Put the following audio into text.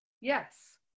Yes